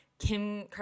Kim